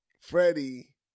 Freddie